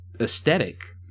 aesthetic